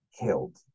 killed